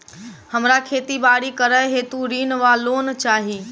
हमरा खेती बाड़ी करै हेतु ऋण वा लोन चाहि?